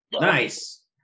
Nice